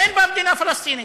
ואין בה מדינה פלסטינית.